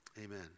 Amen